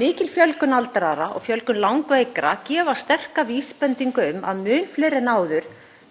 Mikil fjölgun aldraðra og fjölgun langveikra gefur sterka vísbendingu um að mun fleiri en áður